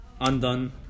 undone